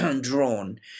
drawn